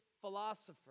philosopher